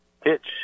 Pitch